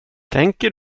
tänker